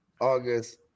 August